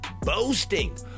Boasting